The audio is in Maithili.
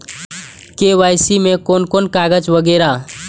के.वाई.सी में कोन कोन कागज वगैरा?